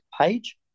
page